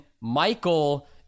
Michael